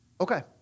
Okay